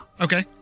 Okay